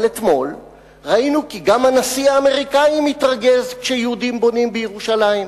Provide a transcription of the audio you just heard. אבל אתמול ראינו כי גם הנשיא האמריקני מתרגז כשיהודים בונים בירושלים.